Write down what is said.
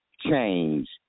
change